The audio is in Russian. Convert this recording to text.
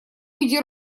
иди